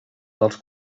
dels